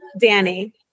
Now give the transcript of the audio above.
Danny